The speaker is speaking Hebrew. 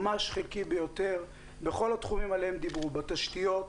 ממש חלקי ביותר בכל התחומים עליהם דיברו בתשתיות,